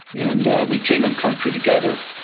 and we came in country together.